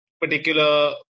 particular